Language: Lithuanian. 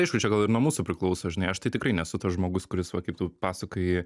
aišku čia gal ir nuo mūsų priklauso žinai aš tai tikrai nesu tas žmogus kuris va kaip tu pasakoji